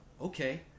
okay